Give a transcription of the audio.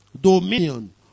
dominion